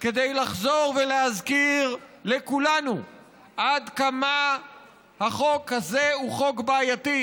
כדי לחזור ולהזכיר לכולנו עד כמה החוק הזה הוא חוק בעייתי,